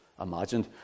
imagined